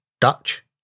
Dutch